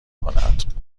کند